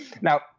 Now